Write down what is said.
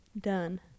done